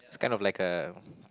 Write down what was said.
it's kind of like a